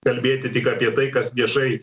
kalbėti tik apie tai kas viešai